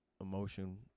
emotion